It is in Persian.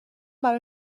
برا